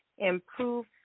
improve